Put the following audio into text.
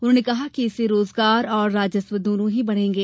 उन्होंने कहा कि इससे रोजगार और राजस्व दोनों ही बढ़ेंगे